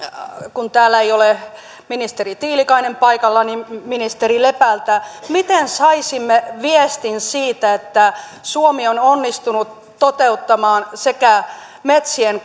kun täällä ei ole ministeri tiilikainen paikalla ministeri lepältä miten saisimme läpi viestin siitä että suomi on onnistunut toteuttamaan yhtä aikaa sekä metsien